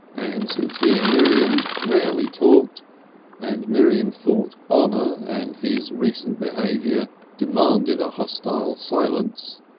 and since he and miriam rarely talked and miriam thought honour and his recent behaviour demanded a hostile silence,